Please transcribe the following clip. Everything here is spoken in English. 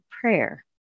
prayer